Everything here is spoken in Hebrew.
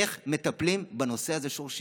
איך מטפלים בנושא הזה מהשורש.